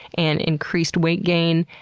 and increased weight gain,